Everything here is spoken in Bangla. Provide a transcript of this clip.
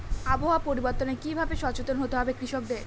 আবহাওয়া পরিবর্তনের কি ভাবে সচেতন হতে হবে কৃষকদের?